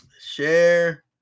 Share